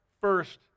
first